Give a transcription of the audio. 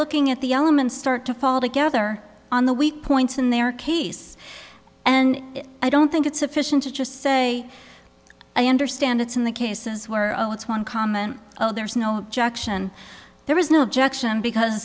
looking at the elements start to fall together on the weak points in their case and i don't think it's sufficient to just say i understand it's in the cases where it's one comment oh there's no objection there is no objection because